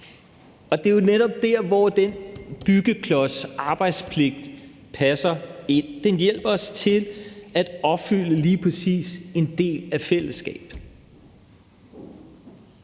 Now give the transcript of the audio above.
og det er jo netop der, hvor byggeklodsen arbejdspligt passer ind. Den hjælper os til at opfylde lige præcis en del af fællesskabet.